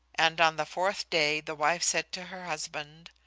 and on the fourth day the wife said to her husband,